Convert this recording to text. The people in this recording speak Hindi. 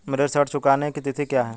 मेरे ऋण चुकाने की तिथि क्या है?